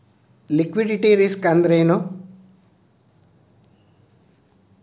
Liquidity risk ಅಂದ್ರೇನು?